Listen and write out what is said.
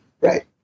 Right